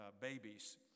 babies